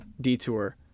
detour